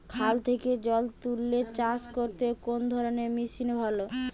খাল থেকে জল তুলে চাষ করতে কোন ধরনের মেশিন ভালো?